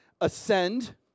ascend